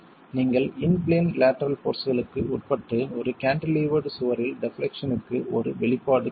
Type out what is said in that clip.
நீங்கள் in plane lateral போர்ஸ்களுக்கு உட்பட்டு ஒரு கேன்டிலீவர்டு சுவரில் டெப்லெக்சன்க்கு ஒரு வெளிப்பாடு கிடைக்கும்